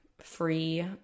free